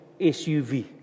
SUV